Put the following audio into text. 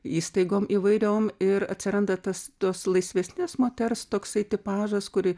įstaigom įvairiom ir atsiranda tas tos laisvesnės moters toksai tipažas kur